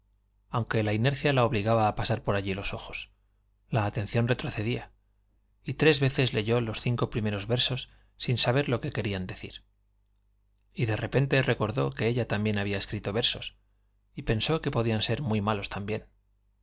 aunque la inercia la obligaba a pasar por allí los ojos la atención retrocedía y tres veces leyó los cinco primeros versos sin saber lo que querían decir y de repente recordó que ella también había escrito versos y pensó que podían ser muy malos también